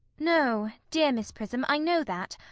no, dear miss prism, i know that,